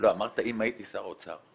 לא, אמרת 'אם הייתי שר אוצר'.